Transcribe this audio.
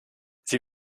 sie